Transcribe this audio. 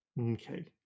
Okay